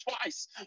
twice